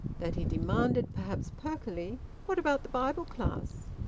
that he demanded, perhaps perkily what about the bible class?